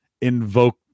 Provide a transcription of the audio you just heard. invoke